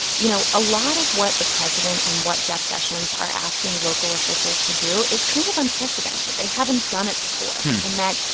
you know, a lot of what the president and what jeff sessions are asking local officials to do is kind of unprecedented. they haven't done it before in that,